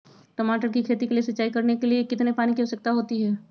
टमाटर की खेती के लिए सिंचाई करने के लिए कितने पानी की आवश्यकता होती है?